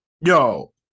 yo